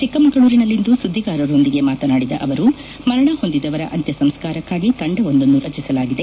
ಚಿಕ್ಕಮಗಳೂರಿನಲ್ಲಿಂದು ಸುದ್ದಿಗಾರರೊಂದಿಗೆ ಮಾತನಾಡಿದ ಅವರು ಮರಣ ಹೊಂದಿದವರ ಅಂತ್ಯಸಂಸ್ಕಾರಕ್ಕಾಗಿ ತಂಡವೊಂದನ್ನು ರಚಿಸಲಾಗಿದೆ